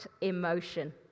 emotion